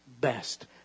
best